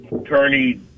Attorney